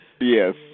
Yes